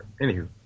Anywho